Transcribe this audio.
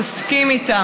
תסכים לה,